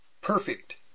perfect